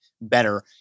better